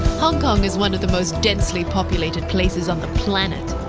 hong kong is one of the most densely populated places on the planet.